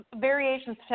variations